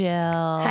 Jill